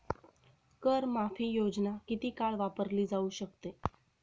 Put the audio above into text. कर माफी योजना किती काळ वापरली जाऊ शकते?